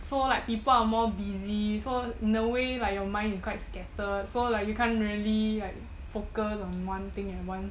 so like people are more busy so in a way like your mind is quite scattered so like you can't really like focus on one thing and one